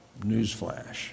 newsflash